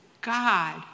God